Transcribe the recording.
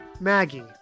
Maggie